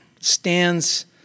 stands